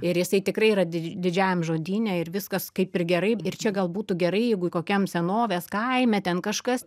ir jisai tikrai yra di didžiajame žodyne ir viskas kaip ir gerai ir čia gal būtų gerai jeigu kokiam senovės kaime ten kažkas